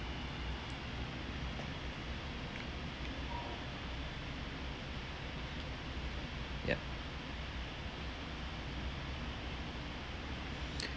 yup